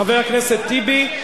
חבר הכנסת טיבי,